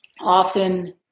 often